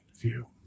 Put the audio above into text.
view